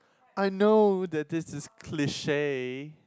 I know that this is cliche